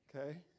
Okay